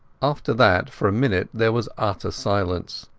after that for a minute there was utter silence.